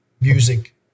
music